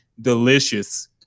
delicious